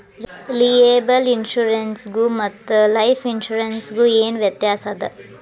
Liable insurance ಗು ಮತ್ತ life insurance ಗು ಏನ್ ವ್ಯಾತ್ಯಾಸದ?